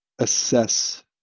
assess